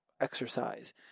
exercise